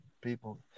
people